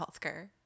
healthcare